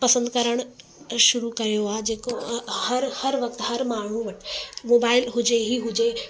पसंदि करणु शुरू कयो आहे जेको हर हर वक़्तु हर माण्हू वटि मोबाइल हुजे ई हुजे